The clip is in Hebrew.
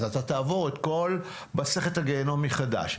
אז אתה תעבור את כל מסכת הגיהינום מחדש.